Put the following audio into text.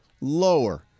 Lower